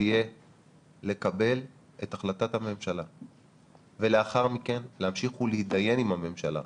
תהיה לקבל את החלטת הממשלה ולאחר מכן להמשיך ולהתדיין עם הממשלה,